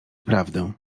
prawdę